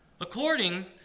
According